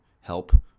help